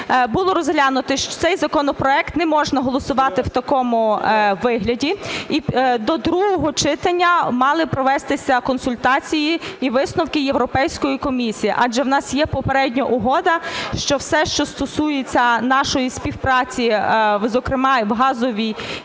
було розглянуто, що цей законопроект не можна голосувати в такому вигляді, і до другого читання мали провестися консультації і висновки Європейської комісії, адже в нас є попередня угода, що все, що стосується нашої співпраці, зокрема в газовій